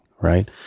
right